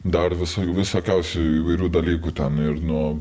dar viso visokiausių įvairių dalykų tam ir nu